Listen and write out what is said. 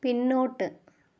പിന്നോട്ട്